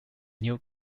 new